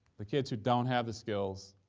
the kids who don't have the skills